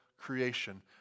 creation